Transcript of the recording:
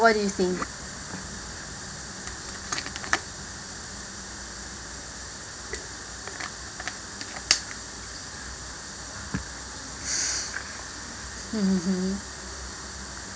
what do you think mmhmm